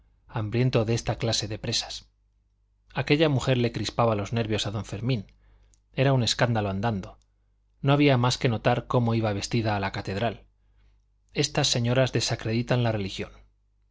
hambriento de esta clase de presas aquella mujer le crispaba los nervios a don fermín era un escándalo andando no había más que notar cómo iba vestida a la catedral estas señoras desacreditan la religión